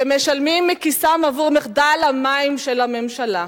שמשלמים מכיסם עבור מחדל המים של הממשלה.